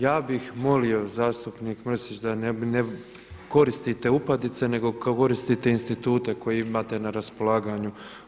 Ja bih molio zastupnik Mrsić da ne koristite upadice nego koristite institute koje imate na raspolaganju.